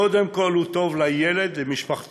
קודם כול הוא טוב לילד ולמשפחתו,